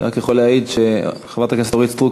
אני רק יכול להעיד שחברת הכנסת אורית סטרוק